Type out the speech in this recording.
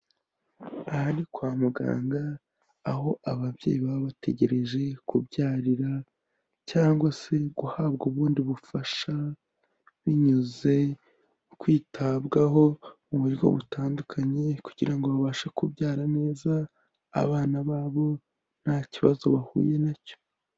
Aha ni kwa muganga aho ababyeyi baba bategereje kubyarira cyangwa se guhabwa ubundi bufasha binyuze mu kwitabwaho mu buryo butandukanye kugira ngo babashe kubyara neza abana babo nta kibazo bahuye na cyo.